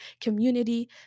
community